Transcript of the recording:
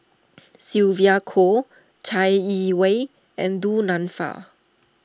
Sylvia Kho Chai Yee Wei and Du Nanfa